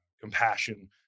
compassion